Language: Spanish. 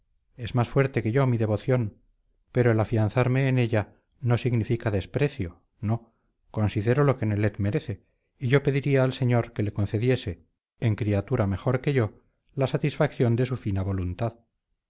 es más fuerte que yo mi devoción pero el afianzarme en ella no significa desprecio no considero lo que nelet merece y yo pediría al señor que le concediese en criatura mejor que yo la satisfacción de su fina voluntad